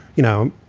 you know,